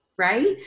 right